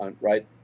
Right